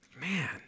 Man